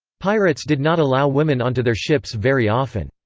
pirates did not allow women onto their ships very often.